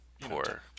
Poor